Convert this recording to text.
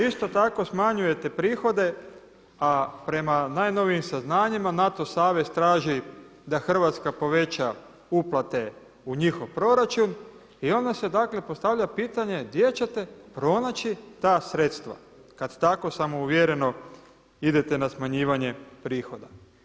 Isto tako smanjujete prihode, a prema najnovijim saznanjima NATO savez traži da Hrvatska poveća uplate u njihov proračun i onda se postavlja pitanje gdje ćete pronaći ta sredstva kada tako samouvjereno idete na smanjivanje prihoda.